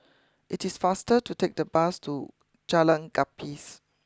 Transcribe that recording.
it is faster to take the bus to Jalan Gapis